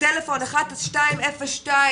טלפון אחד זה 1202